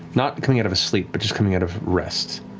not coming out of a sleep, but just coming out of rest,